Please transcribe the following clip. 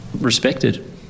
respected